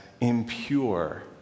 impure